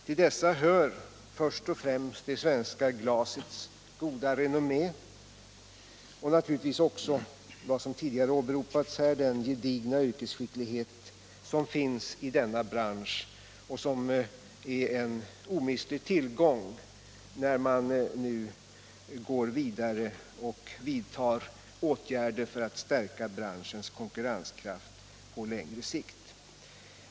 Till dessa hör först och främst det svenska glasets goda renommé och naturligtvis också den gedigna yrkesskicklighet som finns i branschen och som är en omistlig tillgång när man nu vidtar åtgärder för att stärka branschens konkurrenskraft på längre sikt.